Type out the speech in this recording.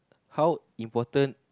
how important